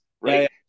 Right